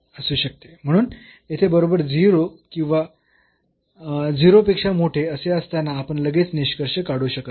म्हणून येथे बरोबर 0 किंवा 0 पेक्षा मोठे असे असताना आपण लगेच निष्कर्ष काढू शकत नाही